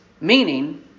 Meaning